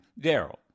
Daryl